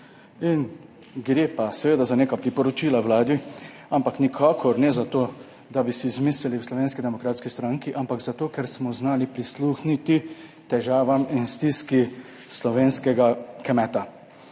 in gre pa seveda za neka priporočila Vladi, ampak nikakor ne za to, da bi si izmislili v Slovenski demokratski stranki, ampak zato, ker smo znali prisluhniti težavam in stiski slovenskega kmeta